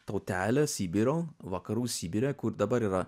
tautelė sibiro vakarų sibire kur dabar yra